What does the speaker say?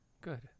Good